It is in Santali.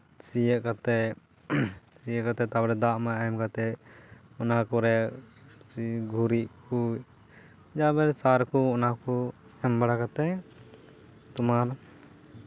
ᱥᱤᱭᱳᱜ ᱠᱟᱛᱮᱜ ᱥᱤᱭᱳᱜ ᱠᱟᱛᱮᱜ ᱛᱟᱨᱯᱚᱨ ᱫᱟᱜ ᱢᱟᱜ ᱮᱢ ᱠᱟᱛᱮᱜ ᱚᱱᱟ ᱯᱚᱨᱮ ᱜᱩᱨᱤᱡ ᱠᱚ ᱟᱵᱟᱨ ᱥᱟᱨ ᱠᱚ ᱚᱱᱟ ᱠᱚ ᱮᱢ ᱵᱟᱲᱟ ᱠᱟᱛᱮᱜ ᱛᱳᱢᱟᱨ